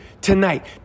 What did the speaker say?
tonight